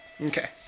Okay